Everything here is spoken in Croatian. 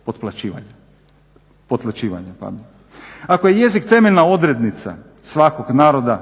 ekonomskog potlaćivanja. Ako je jezik temeljna odrednica svakog naroda